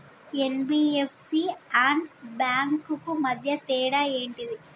NBFC and banks కు మధ్య తేడా ఏంటిది?